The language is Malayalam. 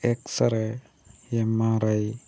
x ray M R I